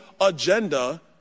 agenda